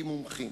באופוזיציה.